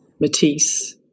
Matisse